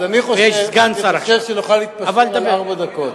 אז אני חושב שנוכל להתפשר על ארבע דקות.